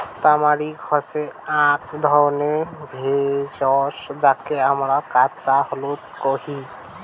তামারিক হসে আক ধরণের ভেষজ যাকে হামরা কাঁচা হলুদ কোহি